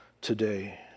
today